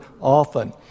often